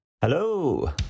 Hello